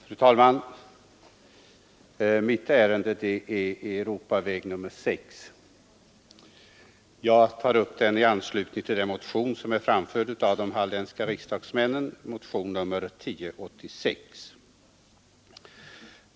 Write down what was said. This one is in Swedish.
Fru talman! Mitt ärende gäller utbyggnad av Europaväg 6. Jag tar upp frågan i anslutning till den motion som är väckt av de halländska riksdagsmännen, motionen 1086.